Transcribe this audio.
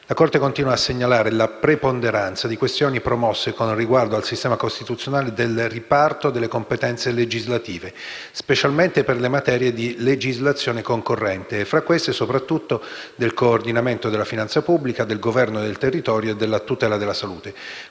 La Corte continua a segnalare la preponderanza di questioni promosse con riguardo al sistema costituzionale del riparto delle competenze legislative, specialmente per le materie di legislazione concorrente (e tra queste soprattutto il «coordinamento della finanza pubblica», il «governo del territorio» e la «tutela della salute»).